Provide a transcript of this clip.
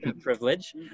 privilege